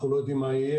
אנחנו לא יודעים מה יהיה,